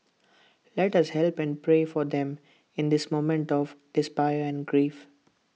let us help and pray for them in this moment of despair and grief